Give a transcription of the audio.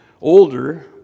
older